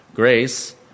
Grace